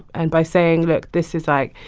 and by saying that this is, like,